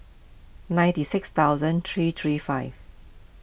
ninety six thousand three three five